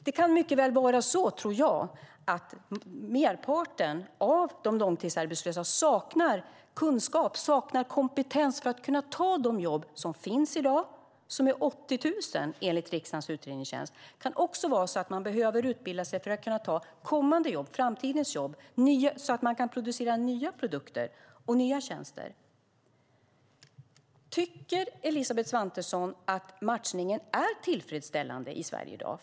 Det kan mycket väl vara så att merparten av de långtidsarbetslösa saknar kunskap och kompetens för att ta de jobb som finns i dag - det handlar om 80 000 jobb enligt riksdagens utredningstjänst. Det kan också vara så att man behöver utbilda sig för att kunna ta kommande jobb, framtidens jobb, så att man kan producera nya produkter och nya tjänster. Tycker Elisabeth Svantesson att matchningen är tillfredsställande i Sverige i dag?